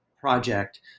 project